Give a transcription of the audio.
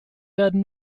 werden